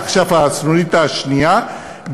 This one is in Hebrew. עכשיו הסנונית השנייה,